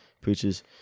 preachers